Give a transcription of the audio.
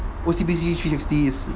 O_C_B_C three sixty is